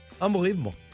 Unbelievable